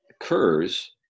occurs